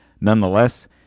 nonetheless